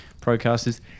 procasters